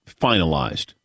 finalized